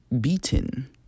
beaten